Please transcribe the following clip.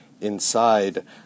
inside